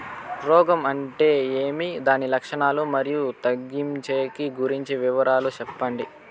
రోగం అంటే ఏమి దాని లక్షణాలు, మరియు తగ్గించేకి గురించి వివరాలు సెప్పండి?